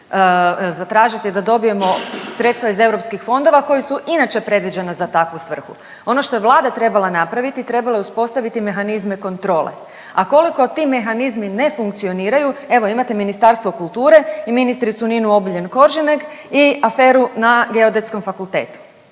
da dobijemo sredstva iz EU fondova koji su inače predviđena za takvu svrhu. Ono što je Vlada trebala napraviti, trebala je uspostaviti mehanizme kontrole, a koliko ti mehanizmi ne funkcioniraju, evo, imate Ministarstvo kulture i ministricu Ninu Obuljen Koržinek i aferu na Geodetskom fakultetu.